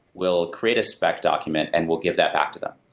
we'll create a spec document and we'll give that back to them.